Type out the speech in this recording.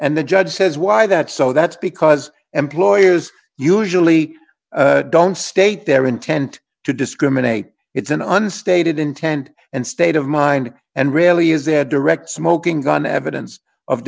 and the judge says why that so that's because employers usually don't state their intent to discriminate it's an unstated intent and state of mind and rarely is there direct smoking gun evidence of